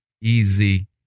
easy